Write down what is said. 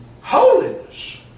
Holiness